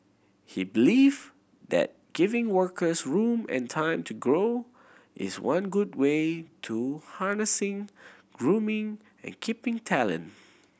he believe that giving workers room and time to grow is one good way to harnessing grooming and keeping talent